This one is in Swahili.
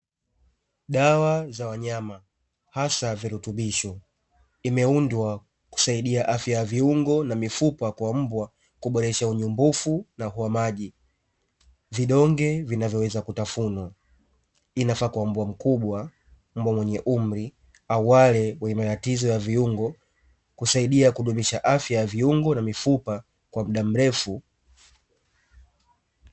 Dawa za wanyama hasa virutubisho imeundwa kusaidia afya ya viungo na mifupa kwa mbwa, kuboresha unyumbufu na uhamaji; vidonge vinavoweza kutafunwa vinafaa kwa mbwa mkubwa, mbwa mwenye umri au wale wenye matatizo ya viungo, kusaidia kudumisha afya ya viungo na mifupa kwa muda mrefu.